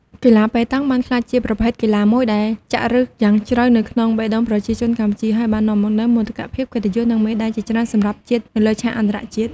កីឡាប៉េតង់ បានក្លាយជាប្រភេទកីឡាមួយដែលចាក់ឫសយ៉ាងជ្រៅនៅក្នុងបេះដូងប្រជាជនកម្ពុជា ហើយបាននាំមកនូវមោទកភាព កិត្តិយស និងមេដៃជាច្រើនសម្រាប់ជាតិនៅលើឆាកអន្តរជាតិ។